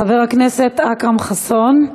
חבר הכנסת אכרם חסון,